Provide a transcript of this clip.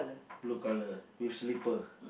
blue colour with slippers